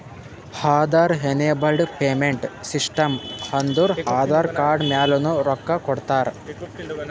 Aadhaar enabled payment system ಅಂದುರ್ Aadhaar card ಮ್ಯಾಲನು ರೊಕ್ಕಾ ಕೊಡ್ತಾರ